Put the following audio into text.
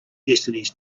destinies